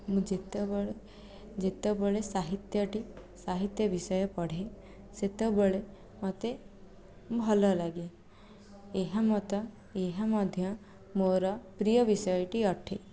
ମୁଁ ଯେତେବେଳେ ଯେତେବେଳେ ସାହିତ୍ୟଟି ସାହିତ୍ୟ ବିଷୟ ପଢ଼େ ସେତେବେଳେ ମୋତେ ଭଲଲାଗେ ଏହା ମୋତେ ଏହା ମଧ୍ୟ ମୋର ପ୍ରିୟ ବିଷୟଟି ଅଟେ